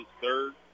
third